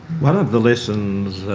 one of the lessons